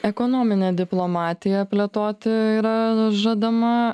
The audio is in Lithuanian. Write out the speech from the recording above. ekonominė diplomatija plėtoti yra žadama